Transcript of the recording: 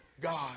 God